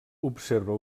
observa